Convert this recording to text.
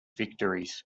victories